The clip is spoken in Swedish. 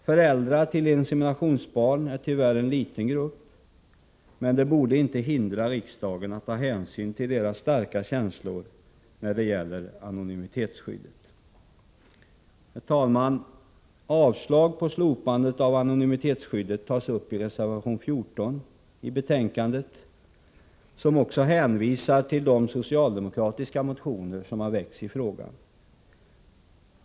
Föräldrar till inseminationsbarn är tyvärr en liten grupp, men det borde inte hindra riksdagen att ta hänsyn till deras starka känslor när det gäller anonymitetsskyddet. Herr talman! Avslag på slopandet av anonymitetsskyddet yrkas i reservation 14 i betänkandet, som också hänvisar till de socialdemokratiska motioner som har väckts i frågan.